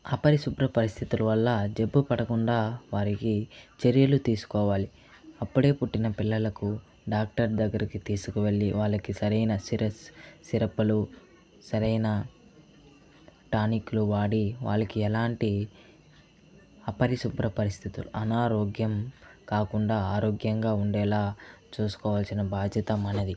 అపరిశుభ్ర పరిస్థితుల వల్ల జబ్బు పడకుండా వారికి చర్యలు తీసుకోవాలి అప్పుడే పుట్టిన పిల్లలకు డాక్టర్ దగ్గరికి తీసుకువెళ్లి వాళ్లకి సరైన సిరస్ సిరపులు సరైన టానిక్లు వాడి వాళ్ళకి ఎలాంటి అపరిశుభ్ర పరిస్థితులు అనారోగ్యం కాకుండా ఆరోగ్యంగా ఉండేలా చూసుకోవాల్సిన బాధ్యత మనది